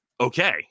okay